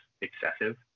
excessive